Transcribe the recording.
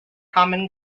common